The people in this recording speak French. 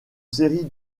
série